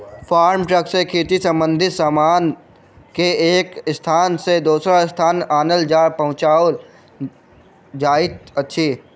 farm truck सॅ खेती संबंधित सामान के एक स्थान सॅ दोसर स्थान आनल आ पहुँचाओल जाइत अछि